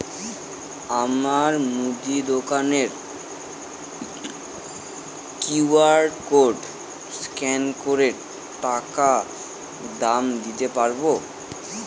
আমার মুদি দোকানের কিউ.আর কোড স্ক্যান করে টাকা দাম দিতে পারব?